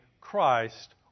Christ